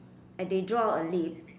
and they draw a lip